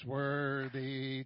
worthy